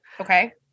okay